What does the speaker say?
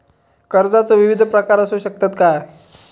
कर्जाचो विविध प्रकार असु शकतत काय?